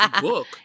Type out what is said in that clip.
book